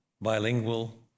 bilingual